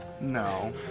No